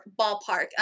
ballpark